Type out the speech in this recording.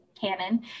canon